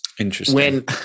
Interesting